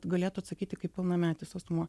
galėtų atsakyti kaip pilnametis asmuo